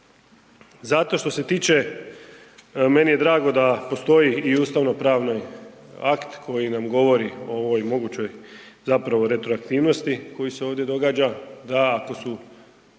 Zato što se tiče, meni je drago da postoji i ustavnopravni akt koji nam govori o ovoj mogućoj retroaktivnosti koja se ovdje događa, da ako su